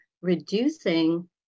reducing